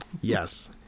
Yes